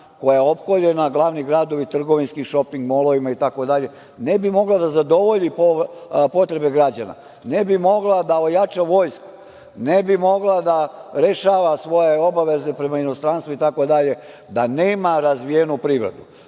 koja je opkoljena glavnim gradovima, trgovinskim šoping molovima i tako dalje, ne bi mogla da zadovolji potrebe građana, ne bi mogla da da ojača vojsku, ne bi mogla da rešava svoje obaveze prema inostranstvu i tako dalje da nema razvijenu privredu.